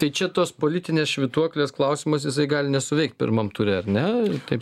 tai čia tos politinės švytuoklės klausimas jisai gali nesuveikt pirmam ture ar ne taip